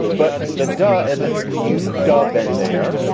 but but that does as and you dub in there,